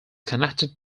connected